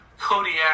Kodiak